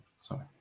Sorry